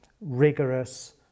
rigorous